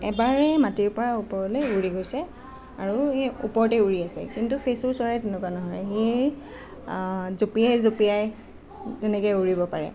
এবাৰেই মাটিৰ পৰা উৰি গৈছে আৰু ওপৰতেই উৰি আছে কিন্তু ফেচু চৰাই তেনেকুৱা নহয় সি জঁপিয়াই জঁপিয়াই তেনেকৈ উৰিব পাৰে